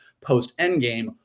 post-Endgame